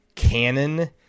canon